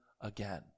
again